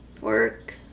work